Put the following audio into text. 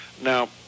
Now